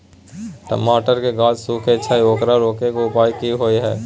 टमाटर के गाछ सूखे छै ओकरा रोके के उपाय कि होय है?